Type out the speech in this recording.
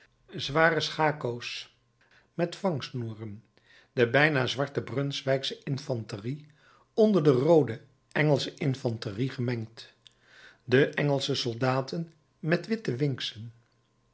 zware schako's met vangsnoeren de bijna zwarte brunswijksche infanterie onder de roode engelsche infanterie gemengd de engelsche soldaten met witte